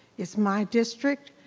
it's my district,